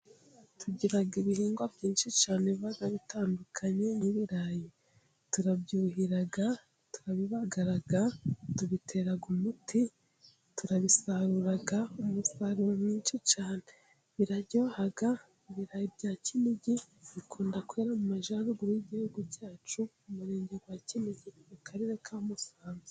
Tugira ibihingwa byinshi cyane biba bitandukanye, nk'ibirayi turabyuhira, turabibagara, tubitera umuti, turabisarura umusaruro mwinshi cyane, biraryoha, ibirayi bya Kinigi bikunda kwera mu majyaruguru y'Igihugu cyacu, mu murenge wa Kinigi mu Karere ka Musanze.